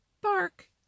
Bark